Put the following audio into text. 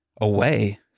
away